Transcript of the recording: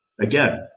again